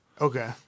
Okay